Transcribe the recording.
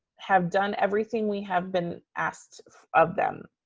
have done everything we have been asked of them.